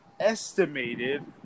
estimated